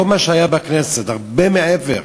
לא מה שהיה בכנסת, הרבה מעבר.